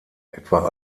etwa